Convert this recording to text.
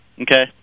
okay